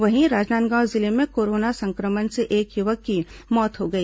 वहीं राजनांदगांव जिले में कोरोना संक्रमण से एक युवक की मौत हो गई